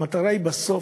המטרה היא, בסוף,